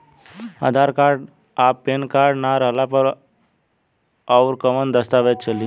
आधार card आ PAN card ना रहला पर अउरकवन दस्तावेज चली?